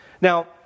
Now